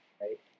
Right